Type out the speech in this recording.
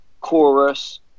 Chorus